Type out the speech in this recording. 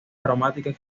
aromáticas